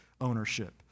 ownership